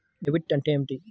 Debit అంటే ఏమిటి?